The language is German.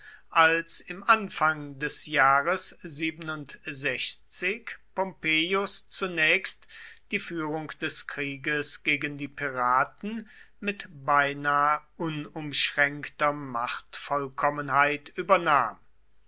als im anfang des jahres pompeius zunächst die führung des krieges gegen die piraten mit beinahe unumschränkter machtvollkommenheit übernahm